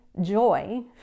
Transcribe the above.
joy